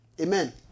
Amen